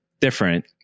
different